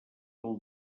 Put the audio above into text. del